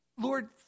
Lord